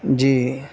جی